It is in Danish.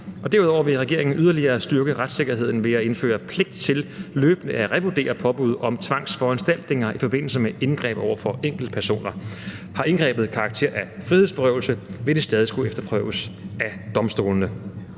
Derudover vil regeringen yderligere styrke retssikkerheden ved at indføre pligt til løbende at revurdere påbud om tvangsforanstaltninger i forbindelse med indgreb over for enkeltpersoner. Har indgrebet karakter af frihedsberøvelse, vil det stadig skulle efterprøves af domstolene.